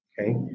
okay